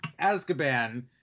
Azkaban